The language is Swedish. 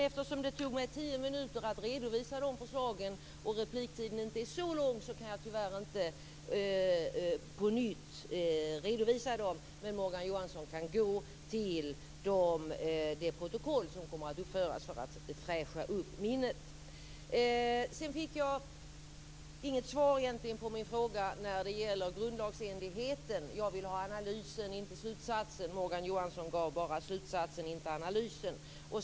Eftersom det tog mig tio minuter att redovisa de förslagen och repliktiden inte är så lång kan jag tyvärr inte på nytt redovisa dem. Men Morgan Johansson kan gå till det protokoll som kommer att upprättas för att fräscha upp minnet. Jag fick inget svar på min fråga när det gäller grundlagsenligheten. Jag vill ha analysen och inte slutsatsen. Morgan Johansson gav bara slutsatsen och inte analysen.